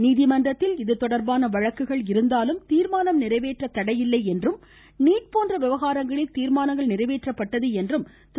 நீதிமன்றத்தில் இதுதொடர்பான வழக்குகள் இருந்தாலும் தீர்மானம் நிறைவேற்ற தடையில்லை என்றும் நீட் போன்ற விவகாரங்களில் தீர்மானங்கள் நிறைவேற்ற்பப்ட்டது என்றும் திரு